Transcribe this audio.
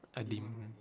a demon